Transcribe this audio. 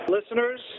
Listeners